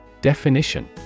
Definition